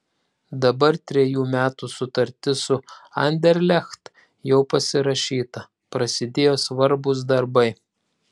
dabar trejų metų sutartis su anderlecht jau pasirašyta prasidėjo svarbūs darbai